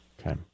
Okay